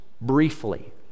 briefly